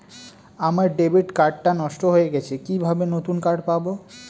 আমার debit card টা নষ্ট হয়ে গেছে কিভাবে নতুন কার্ড পাব?